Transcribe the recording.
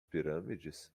pirâmides